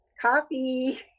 Coffee